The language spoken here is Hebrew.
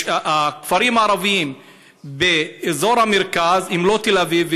הכפרים הערביים באזור המרכז הם לא תל אביב,